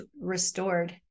restored